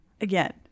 Again